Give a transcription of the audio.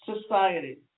society